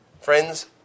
Friends